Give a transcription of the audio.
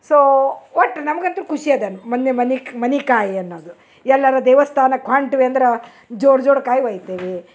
so ಒಟ್ಟು ನಮ್ಗಂತು ಖುಶಿ ಅದ ಮೊನ್ನೆ ಮನಿಕೆ ಮನೆ ಕಾಯಿ ಅನ್ನೋದು ಎಲ್ಲರ ದೇವಸ್ಥಾನಕ್ಕೆ ಹೊಂಟ್ವಿ ಅಂದ್ರ ಜೋಡ್ ಜೋಡ್ ಕಾಯಿ ಒಯ್ತೆವಿ